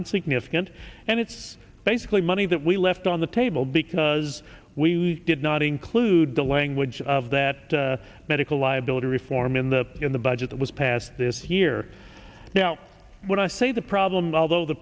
insignificant and it's basically money that we left on the table because we did not include the language of that medical liability reform in the in the budget that was passed this year now when i say the problem although the